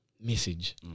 Message